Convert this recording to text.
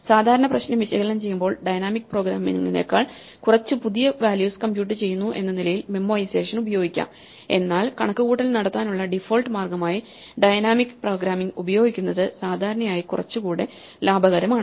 സാധാരണ പ്രശ്നം വിശകലനം ചെയ്യുമ്പോൾ ഡൈനാമിക് പ്രോഗ്രാമിങ്ങിനെക്കാൾ കുറച്ചു പുതിയ വാല്യൂസ് കമ്പ്യൂട്ട് ചെയ്യുന്നു എന്ന നിലയിൽ മെമ്മോഐസേഷൻ ഉപയോഗിക്കാം എന്നാൽ കണക്കുകൂട്ടൽ നടത്താനുള്ള ഡിഫോൾട്ട് മാർഗമായി ഡൈനാമിക് പ്രോഗ്രാമിംഗ് ഉപയോഗിക്കുന്നത് സാധാരണയായി കുറച്ചു കൂടെ ലാഭകരമാണ്